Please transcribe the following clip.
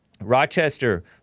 Rochester